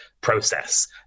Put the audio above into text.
process